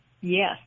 Yes